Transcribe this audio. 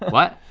what?